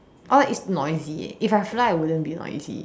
or it's noisy if I fly I wouldn't be noisy